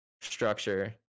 structure